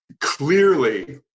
clearly